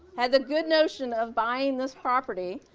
had the good notion of buying this property,